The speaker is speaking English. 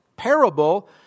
Parable